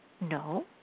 No